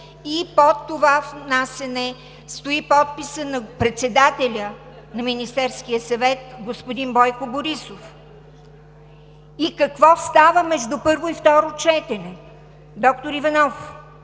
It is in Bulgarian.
и под това внасяне стои подписът на председателя на Министерския съвет господин Бойко Борисов. Какво става между първо и второ четене? Доктор Иванов,